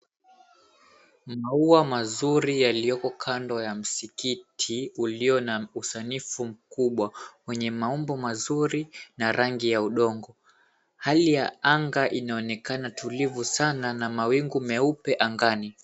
Ni maua mazuri yaliyoko kando ya Msikiti ulio na usanifu mkubwa wenye maumbo mazuri na rangi ya udongo hali ya anga inaonekana tulivu sana na mawingu meupe angani.